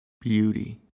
beauty